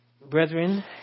brethren